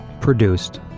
produced